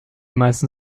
meisten